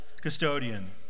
custodian